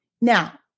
Now